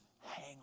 hang